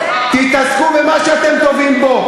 תתעסקו במה שאתם טובים בו.